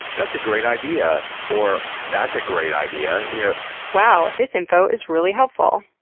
that's a great idea or that's a great idea. yeah wow. this info is really helpful.